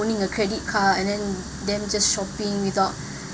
owning a credit card and then then just shopping without